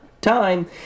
time